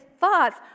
thoughts